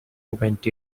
went